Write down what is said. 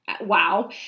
wow